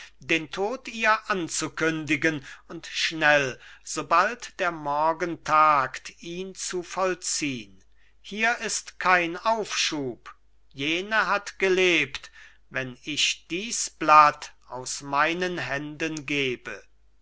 den tod ihr anzukündigen und schnell sobald der morgen tagt ihn zu vollziehn hier ist kein aufschub jene hat gelebt wenn ich dies blatt aus meinen händen gebe